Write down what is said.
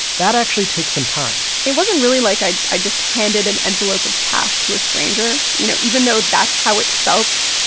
that actually takes some time it wasn't really like i i just handed an envelope of cash to a stranger you know? even though that's how it felt.